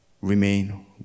remain